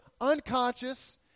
unconscious